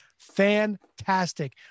fantastic